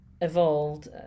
evolved